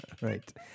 Right